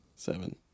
Seven